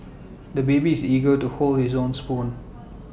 the baby is eager to hold his own spoon